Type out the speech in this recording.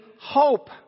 hope